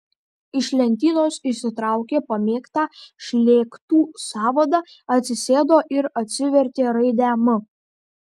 iš lentynos išsitraukė pamėgtą šlėktų sąvadą atsisėdo ir atsivertė raidę m